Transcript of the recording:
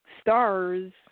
stars